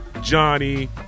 Johnny